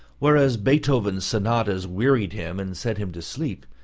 whereas beethoven's sonatas wearied him and sent him to sleep,